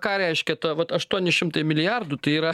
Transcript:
ką reiškia ta vat aštuoni šimtai milijardų tai yra